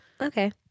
okay